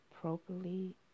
properly